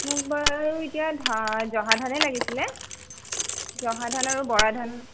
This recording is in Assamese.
মোক বাৰু এতিয়া ধা জহা ধানেই লাগিছিলে জহা ধান আৰু বৰা ধান